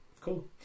cool